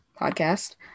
podcast